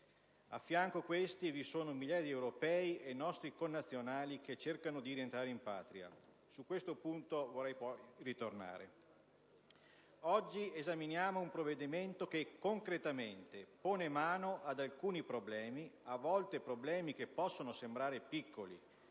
Di fianco a questi, vi sono migliaia di europei e nostri connazionali che cercano di rientrare in patria. Su questo punto vorrei ritornare. Oggi esaminiamo un provvedimento che concretamente pone mano ad alcuni problemi: a volte, problemi che possono sembrare piccoli,